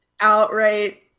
outright